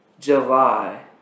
July